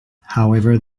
however